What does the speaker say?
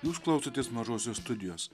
jūs klausotės mažosios studijos